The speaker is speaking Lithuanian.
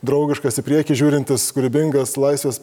draugiškas į priekį žiūrintis kūrybingas laisvės